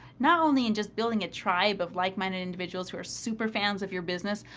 not only in just building a tribe of like-minded individuals who are super fans of your business.